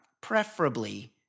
preferably